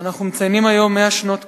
אנחנו מציינים היום 100 שנות קיבוץ,